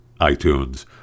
iTunes